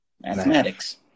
Mathematics